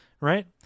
right